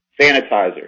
sanitizers